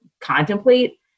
contemplate